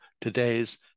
today's